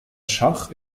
schach